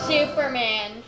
Superman